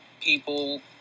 people